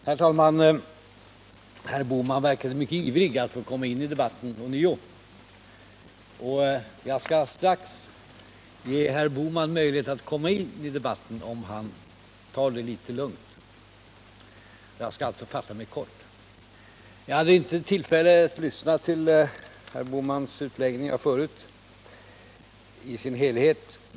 Herr talman! Herr Bohman verkade mycket ivrig att få komma in i debatten ånyo. Jag skall strax ge herr Bohman möjlighet att komma in i debatten om han tar det litet lugnt. Jag skall alltså fatta mig kort. Jag hade inte tillfälle att lyssna till herr Bohmans tidigare utläggningar i sin helhet.